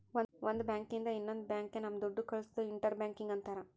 ಒಂದ್ ಬ್ಯಾಂಕ್ ಇಂದ ಇನ್ನೊಂದ್ ಬ್ಯಾಂಕ್ ಗೆ ನಮ್ ದುಡ್ಡು ಕಳ್ಸೋದು ಇಂಟರ್ ಬ್ಯಾಂಕಿಂಗ್ ಅಂತಾರ